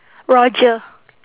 roger